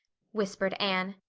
whispered anne.